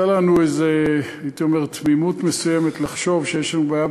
הייתה לנו איזו תמימות מסוימת לחשוב שיש לנו בעיה